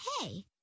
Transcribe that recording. hey